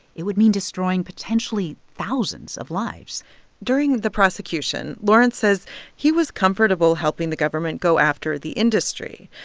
it would mean destroying potentially thousands of lives during the prosecution, lawrence says he was comfortable helping the government go after the industry.